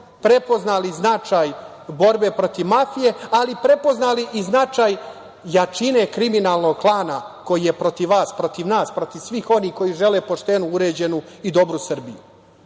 prepoznali značaj borbe protiv mafije, ali prepoznali i značaj jačine kriminalnog klana koji je protiv vas, protiv nas, protiv svih onih koji žele poštenu uređenu i dobru Srbiju. Nadam